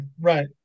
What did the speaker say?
right